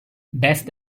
best